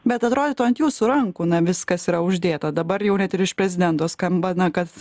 bet atrodytų ant jūsų rankų na viskas yra uždėta dabar jau net ir iš prezidento skamba na kad